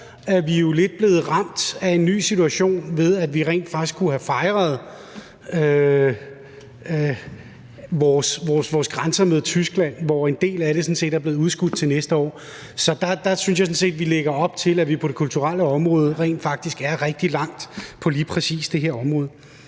jo lidt blevet ramt af en ny situation. Vi skulle rent faktisk have fejret vores grænsedragning mod Tyskland, men en del af det er blevet udskudt til næste år. Så der synes jeg sådan set, at vi lige præcis på det kulturelle område rent faktisk er nået rigtig langt. Hvis vi kigger på